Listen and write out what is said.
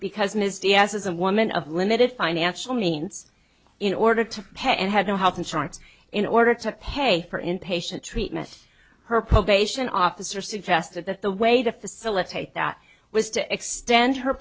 because ms diaz is a woman of limited financial means in order to pay and had no health insurance in order to pay for inpatient treatment her probation officer suggested that the way to facilitate that was to extend her